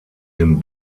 den